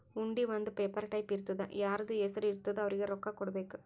ಹುಂಡಿ ಒಂದ್ paper type ಇರ್ತುದಾ ಯಾರ್ದು ಹೆಸರು ಇರ್ತುದ್ ಅವ್ರಿಗ ರೊಕ್ಕಾ ಕೊಡ್ಬೇಕ್